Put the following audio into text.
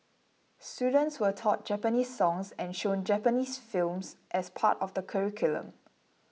students were taught Japanese songs and shown Japanese films as part of the curriculum